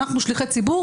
אנחנו שליחי ציבור,